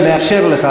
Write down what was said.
אני ודאי מאפשר לך,